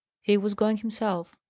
he was going himself.